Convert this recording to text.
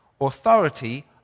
Authority